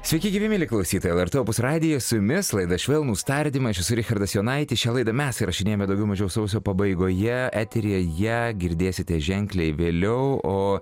sveiki gyvi mieli klausytojai lrt opus radijas su jumis laida švelnūs tardymai aš esu richardas jonaitis šią laidą mes įrašinėjame daugiau mažiau sausio pabaigoje eteryje ją girdėsite ženkliai vėliau o